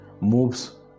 moves